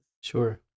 Sure